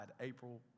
April